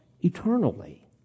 eternally